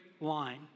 line